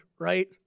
right